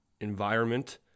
environment